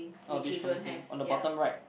orh beach coming thing on the bottom right